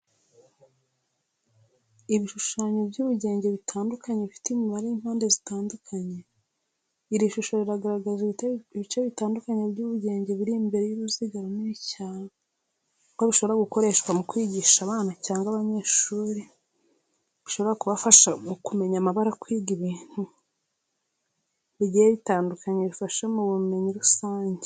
Ibishushanyo by'ubugenge bitandukanye bifite imibare y’impande zitandukanye. Iri shusho rigaragaza ibice bitandukanye by'ubugenge biri imbere y’uruziga runini cyangwa bishobora gukoreshwa mu kwigisha abana cyangwa abanyeshuri bishobora kubafasha mu kumenya amabara kwiga ibintu bigiye bitandukanye bibafasha mu bumenyi rusange.